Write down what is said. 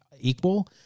equal